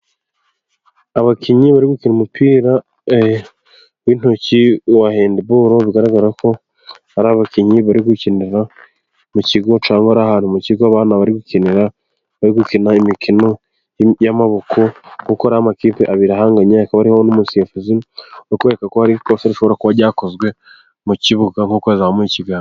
Abakinnyi bari gukina umupira w'intoki wa handiborlo bigaragara ko hari abakinnyi bari gukinira mu kigo cyangwa mu kigo abana bari gukinira, bari gukinira imikino y'amaboko kuko amakipe abiri ahanganye hakabaho n'umusifuzi wokukwereka ko hari ikose rishobora kuba ryakozwe mu kibuga nkuko yazamuye ikiganza.